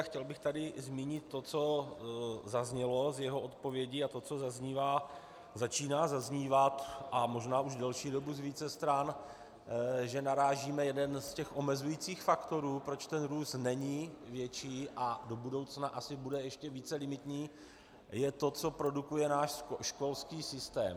Chtěl bych tady zmínit to, co zaznělo z jeho odpovědi, a to, co začíná zaznívat, a možná už delší dobu, z více stran, že narážíme na jeden z těch omezujících faktorů, proč ten růst není větší, a do budoucna asi bude ještě více limitní, to, co produkuje náš školský systém.